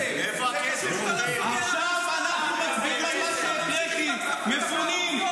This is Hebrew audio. --- עכשיו אנחנו מצביעים על מה שהקראתי: מפונים,